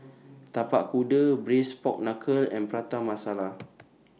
Tapak Kuda Braised Pork Knuckle and Prata Masala